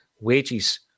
wages